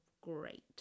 great